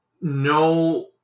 No